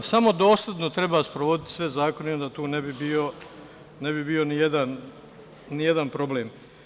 Samo dosledno treba sprovoditi sve zakone i onda tu ne bi bio nijedan problem.